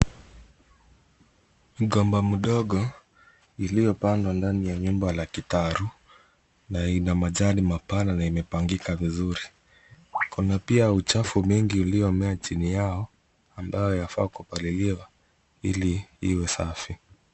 Mgomba mdogo iliyopandwa ndani ya nyumba la kitaru na ina majani mapana na imepangika vizuri. Kuna pia uchafu mingi uliomea chini yao, ambayo yafaa kupaliliwa ili iwe safi.